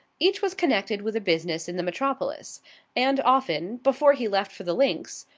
each was connected with a business in the metropolis and often, before he left for the links,